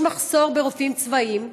יש מחסור ברופאים צבאיים.